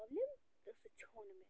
problem تہٕ ژھیوٚن مےٚ